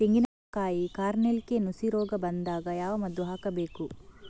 ತೆಂಗಿನ ಕಾಯಿ ಕಾರ್ನೆಲ್ಗೆ ನುಸಿ ರೋಗ ಬಂದಾಗ ಯಾವ ಮದ್ದು ಹಾಕಬೇಕು?